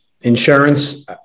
insurance